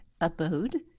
abode